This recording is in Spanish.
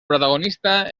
protagonista